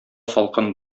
салкын